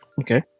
okay